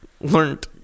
Learned